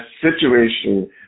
situation